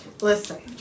Listen